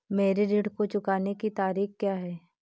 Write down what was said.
मेरे ऋण को चुकाने की तारीख़ क्या है?